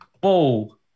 ball